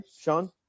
Sean